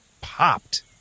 popped